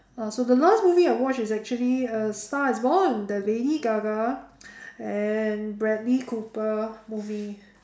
uh so the last movie I watched is actually a star is born the lady-gaga and bradley-cooper movie